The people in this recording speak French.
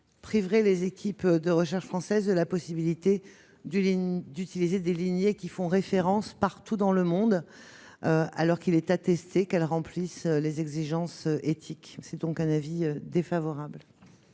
priverait les équipes de recherche françaises de la possibilité d'utiliser des lignées qui font référence partout dans le monde et qui- le fait est attesté -respectent les exigences éthiques. J'émets donc un avis défavorable.